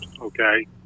okay